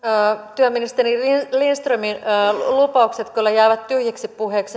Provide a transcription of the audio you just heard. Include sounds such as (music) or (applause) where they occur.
työministeri lindströmin lupaukset kyllä jäävät tyhjiksi puheiksi (unintelligible)